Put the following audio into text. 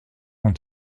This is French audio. ont